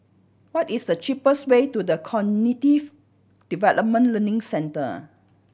what is the cheapest way to The Cognitive Development Learning Centre